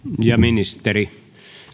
ministeri